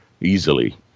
easily